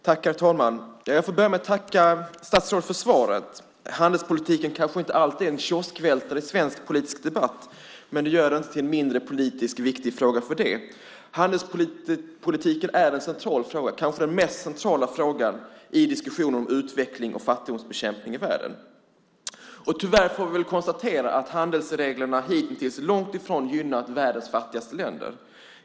Herr talman! Jag får börja med att tacka statsrådet för svaret. Handelspolitiken kanske inte alltid är en kioskvältare i svensk politisk debatt, men det gör den inte till en mindre viktig politisk fråga för det. Handelspolitiken är en central fråga, kanske den mest centrala, i diskussionen om utveckling och fattigdomsbekämpning i världen. Tyvärr måste vi konstatera att handelsreglerna hitintills långt ifrån gynnat världens fattigaste länder.